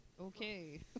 okay